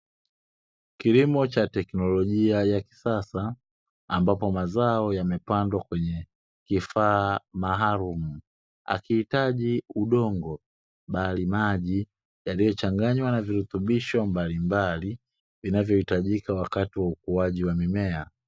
Kilimo cha teknolojia ya kisasa ambapo mazao yamepandwa kwenye kifaa maalumu, hakihitaji udongo bali maji yaliyochanganywa na virutubisho mbalimbali, vinavyohitajika wakati wa ukuaji wa mimea.